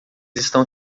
estão